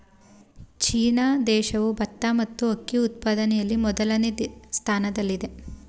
China ದೇಶವು ಭತ್ತ ಮತ್ತು ಅಕ್ಕಿ ಉತ್ಪಾದನೆಯಲ್ಲಿ ಮೊದಲನೇ ಸ್ಥಾನದಲ್ಲಿದೆ